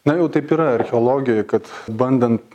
na jau taip yra archeologijoj kad bandant